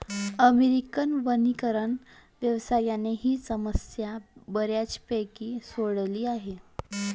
American वनीकरण व्यवसायाने ही समस्या बऱ्यापैकी सोडवली आहे